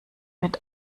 mit